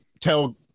tell